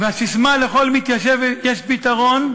והססמה "לכל מתיישב יש פתרון",